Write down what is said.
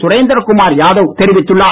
சுரேந்திரகுமார் யாதவ் தெரிவித்துள்ளார்